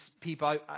people